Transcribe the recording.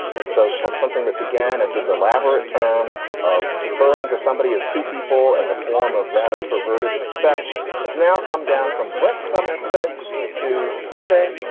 and so from something that began as this elaborate term of referring to somebody as two people, as a form of rather perverted respect has now come down from wdm and um and said to that.